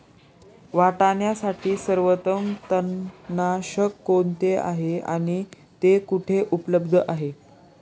वाटाण्यासाठी सर्वोत्तम तणनाशक कोणते आहे आणि ते कुठे उपलब्ध आहे?